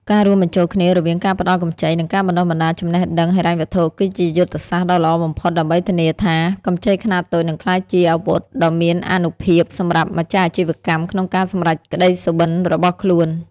ការរួមបញ្ចូលគ្នារវាងការផ្តល់កម្ចី និងការបណ្តុះបណ្តាលចំណេះដឹងហិរញ្ញវត្ថុ គឺជាយុទ្ធសាស្ត្រដ៏ល្អបំផុតដើម្បីធានាថា កម្ចីខ្នាតតូចនឹងក្លាយជាអាវុធដ៏មានអានុភាពសម្រាប់ម្ចាស់អាជីវកម្មក្នុងការសម្រេចក្ដីសុបិនរបស់ខ្លួន។